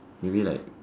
maybe like